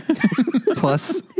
plus